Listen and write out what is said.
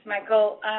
Michael